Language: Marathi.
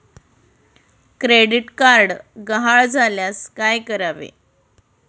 क्रेडिट कार्ड गहाळ झाल्यास काय करावे?